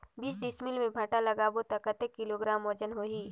बीस डिसमिल मे भांटा लगाबो ता कतेक किलोग्राम वजन होही?